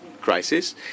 crisis